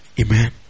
Amen